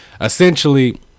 essentially